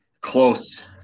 Close